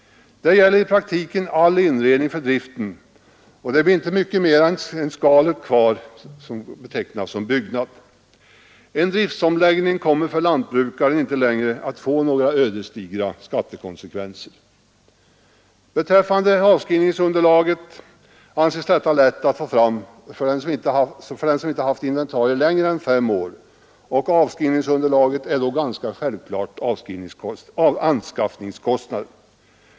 Det gäller i praktiken all inredning för driften, och det blir inte mycket mer än skalet kvar som betecknas som byggnad. En driftomläggning kommer för lantbrukaren inte längre att få några ödesdigra skattekonsekvenser. Vad beträffar avskrivningsunderlaget anses detta lätt att få fram för den som inte haft inventarier längre tid än fem år, och avskrivningsunderlaget är då ganska självklart anskaffningskostnaden.